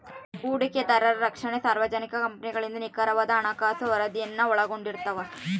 ಹೂಡಿಕೆದಾರರ ರಕ್ಷಣೆ ಸಾರ್ವಜನಿಕ ಕಂಪನಿಗಳಿಂದ ನಿಖರವಾದ ಹಣಕಾಸು ವರದಿಯನ್ನು ಒಳಗೊಂಡಿರ್ತವ